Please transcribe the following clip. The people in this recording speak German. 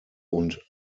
und